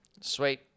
Sweet